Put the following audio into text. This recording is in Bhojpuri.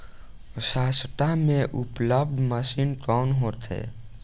सस्ता में उपलब्ध मशीन कौन होखे?